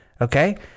okay